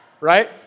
Right